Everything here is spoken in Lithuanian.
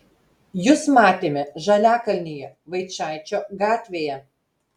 jus matėme žaliakalnyje vaičaičio gatvėje